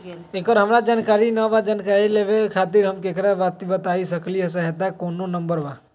एकर हमरा जानकारी न बा जानकारी लेवे के खातिर हम केकरा से बातिया सकली ह सहायता के कोनो नंबर बा?